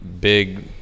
big